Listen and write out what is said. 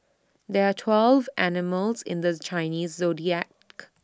there are twelve animals in this Chinese Zodiac